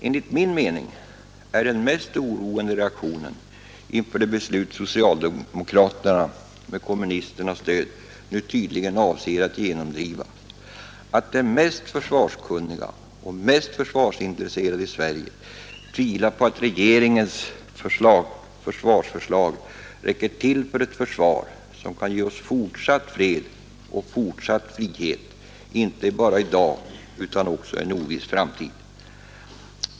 Enligt min mening är den mest oroande reaktionen inför det beslut socialdemokraterna med kommunisternas stöd nu tydligen avser att genomdriva att de mest försvarskunniga och mest försvarsintresserade i Sverige tvivlar på att regeringens försvarsanslag räcker till för ett försvar, som kan ge oss fortsatt fred och fortsatt frihet inte bara i dag utan också i en oviss framtid.